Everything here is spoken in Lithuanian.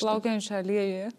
plaukiojančią aliejuje